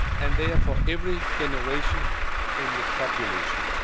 and they are for every generation in the population.